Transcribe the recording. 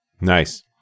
Nice